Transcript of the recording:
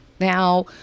now